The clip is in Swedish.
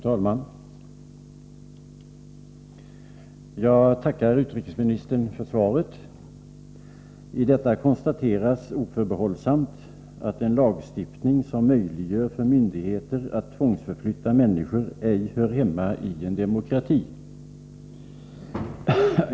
Fru talman! Jag tackar utrikesministern för svaret. I detta konstateras oförbehållsamt att en lagstiftning som möjliggör för myndigheter att tvångsförflytta människor ej hör hemma i en demokrati.